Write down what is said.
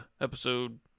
episode